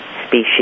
species